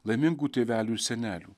laimingų tėvelių ir senelių